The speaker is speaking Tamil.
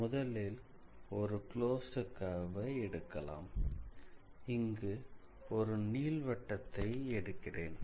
முதலில் ஒரு க்ளோஸ்டு கர்வ் ஐ எடுக்கலாம் இங்கு ஒரு நீள்வட்டத்தை எடுக்கிறேன்